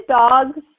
dogs